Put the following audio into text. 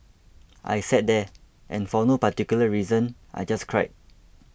I sat there and for no particular reason I just cried